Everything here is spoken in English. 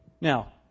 Now